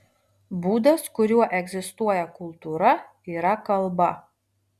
būdas kuriuo egzistuoja kultūra yra kalba